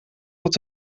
dat